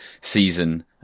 season